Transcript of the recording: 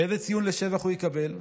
איזה ציון לשבח הוא יקבל?